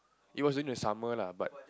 it was during the summer lah but